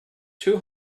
two